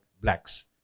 blacks